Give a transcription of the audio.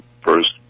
first